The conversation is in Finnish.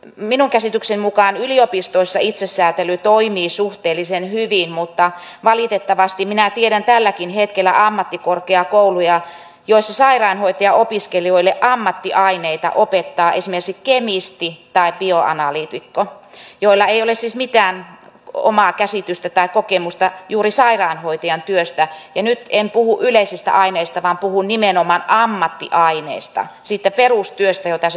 minun käsitykseni mukaan yliopistoissa itsesäätely toimii suhteellisen hyvin mutta valitettavasti minä tiedän tälläkin hetkellä ammattikorkeakouluja joissa sairaanhoitajaopiskelijoille ammattiaineita opettaa esimerkiksi kemisti tai bioanalyytikko joilla ei ole siis mitään omaa käsitystä tai kokemusta juuri sairaanhoitajan työstä ja nyt en puhu yleisistä aineista vaan puhun nimenomaan ammattiaineista siitä perustyöstä jota se sairaanhoitaja tekee